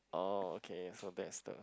oh okay so that's the